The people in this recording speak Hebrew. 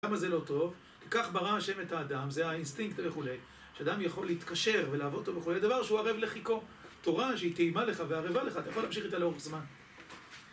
למה זה לא טוב? כי כך ברא השם את האדם, זה האינסטינקט וכו'. שאדם יכול להתקשר ולעבוד אותו וכו', לדבר שהוא ערב לחיכו. תורה שהיא טעימה לך וערבה לך, אתה יכול להמשיך איתה לאורך זמן.